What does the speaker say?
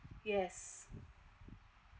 yes